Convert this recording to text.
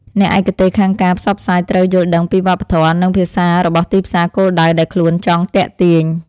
អ្នកឯកទេសខាងការផ្សព្វផ្សាយត្រូវយល់ដឹងពីវប្បធម៌ និងភាសារបស់ទីផ្សារគោលដៅដែលខ្លួនចង់ទាក់ទាញ។